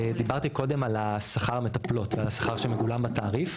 דיברתי קודם על השכר המטפלות ועל השכר שמגולם בתעריף,